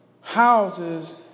houses